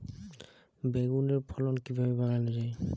বেগুনের ফলন কিভাবে বাড়ানো যায়?